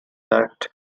that